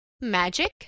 magic